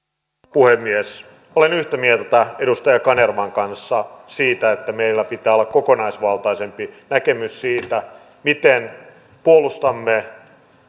puhemies olen yhtä mieltä edustaja kanervan kanssa siitä että meillä pitää olla kokonaisvaltaisempi näkemys siitä miten puolustamme